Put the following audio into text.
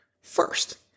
first